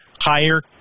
higher